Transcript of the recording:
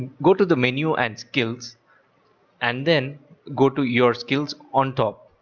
go to the menu and skills and then go to your skills on top.